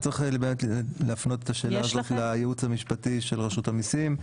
צריך להפנות את השאלה הזאת לייעוץ המשפטי של רשות המיסים.